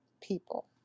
people